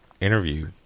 interview